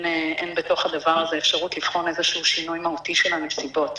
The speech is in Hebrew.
בתוך הדבר הזה אפשרות לבחון איזשהו שינוי מהותי של הנסיבות.